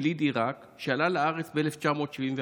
יליד עיראק, שעלה לארץ ב-1971.